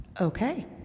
Okay